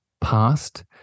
past